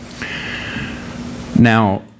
Now